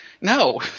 No